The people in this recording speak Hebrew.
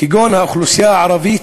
כגון האוכלוסייה הערבית,